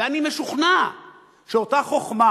ואני משוכנע שאותה חוכמה